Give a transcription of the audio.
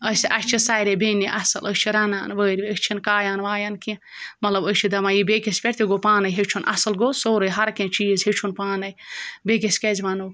أسۍ اَسہِ چھِ سارے بیٚنہِ اَصٕل أسۍ چھِ رَنان وٲروِ أسۍ چھِنہٕ کایان وایان کینٛہہ مطلب أسۍ چھِ دَپان یہِ بیٚکِس پٮ۪ٹھ تہِ گوٚو پانَے ہیٚچھُن اَصٕل گوٚو سورُے ہرکینٛہہ چیٖز ہیٚچھُن پانَے بیٚکِس کیٛازِ وَنو